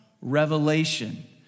revelation